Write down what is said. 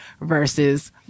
versus